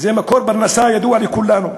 וזה מקור פרנסה ידוע לכולנו.